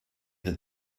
that